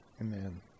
Amen